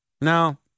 Now